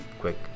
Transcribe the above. quick